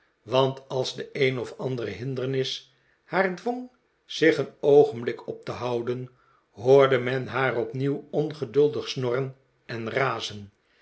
want als de een of andere hindernis haar dwong zich een oogenblik op te houden hoorde men haar opnieuw ongeduldig snorren en razen